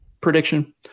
prediction